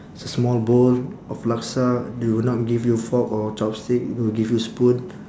it's a small bowl of laksa they will not give you fork or chopstick they will give you spoon